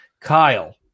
Kyle